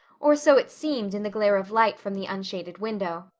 or so it seemed in the glare of light from the unshaded window.